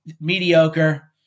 mediocre